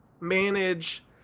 manage